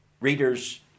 readers